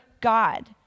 God